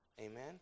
Amen